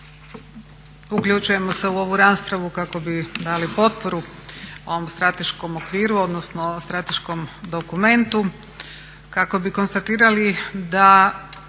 Uključujemo se u ovu raspravu kako bi dali potporu ovom strateškom okviru odnosno strateškom dokumentu, kako bi konstatirali da